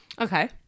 okay